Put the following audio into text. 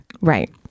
Right